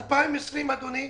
שנת 2020 אדוני,